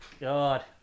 God